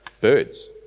birds